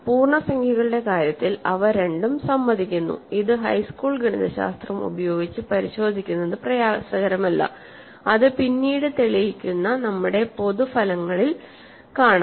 പൂർണ്ണസംഖ്യകളുടെ കാര്യത്തിൽ അവ രണ്ടും സമ്മതിക്കുന്നു ഇത് ഹൈസ്കൂൾ ഗണിതശാസ്ത്രം ഉപയോഗിച്ച് പരിശോധിക്കുന്നത് പ്രയാസകരമല്ല അത് പിന്നീട് തെളിയിക്കുന്ന നമ്മുടെ പൊതു ഫലങ്ങളിൽ ഇത് കാണാം